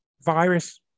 virus